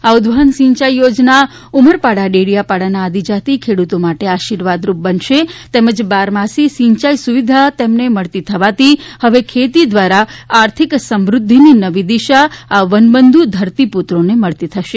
આ ઉદવહન સિંયાઈ યોજના ઉમરપાડા ડેડીયાપાડાના આદિજાતિ ખેડૂતો માટે આશીર્વાદરૃપ બનશે તેમજ બારમાસી સિંચાઈ સુવિધા તેમને મળતી થવાથી હવે ખેતી દ્વારા આર્થિક સમૂદ્વિની નવી દિશા આ વનબંધુ ધરતીપુત્રોને મળતી થશે